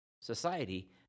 society